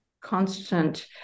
constant